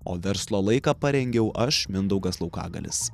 o verslo laiką parengiau aš mindaugas laukagalis